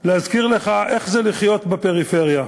להזכיר לך איך זה לחיות בפריפריה.